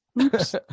Oops